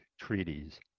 treaties